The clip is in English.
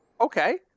Okay